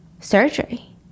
Surgery